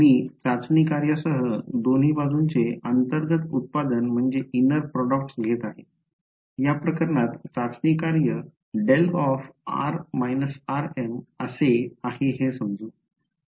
मी चाचणी कार्यासह दोन्ही बाजूंचे अंतर्गत उत्पादन घेत आहे या प्रकरणात चाचणी कार्य δr − rm असे आहे हे समजू